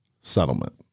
settlement